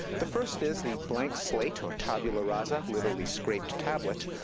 the first is the blank slate, or tabula rasa, literally scraped tablet,